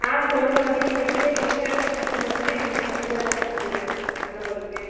ஆ சொல்லுங்கள் நீங்கள் எந்த எந்த இடத்துல வைக்க போகறீங்க எந்த இதில் பண்ண போகறீங்க